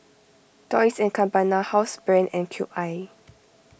Dolce and Gabbana Housebrand and Cube I